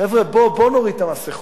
חבר'ה, בואו, בואו נוריד את המסכות.